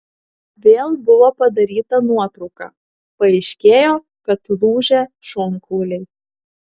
vėl buvo padaryta nuotrauka paaiškėjo kad lūžę šonkauliai